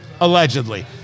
allegedly